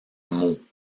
meaux